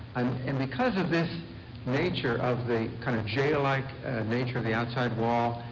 um and because of this nature of the kind of j-like like nature of the outside wall,